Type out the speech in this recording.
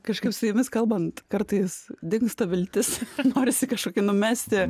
kažkaip su jumis kalbant kartais dingsta viltis norisi kažokį numesti